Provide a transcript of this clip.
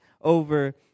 over